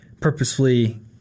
purposefully